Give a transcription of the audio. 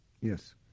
Yes